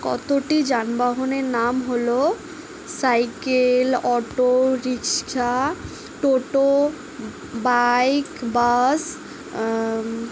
কতটি যানবাহনের নাম হলো cycle auto rickshaw toto bike বাস